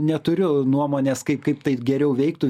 neturiu nuomonės kaip kaip taip geriau veiktų